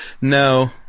No